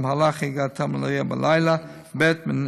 במהלך הגעתם לנהריה בלילה, ב.